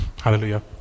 Hallelujah